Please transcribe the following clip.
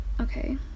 okay